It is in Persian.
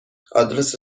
آدرس